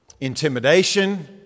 intimidation